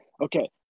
Okay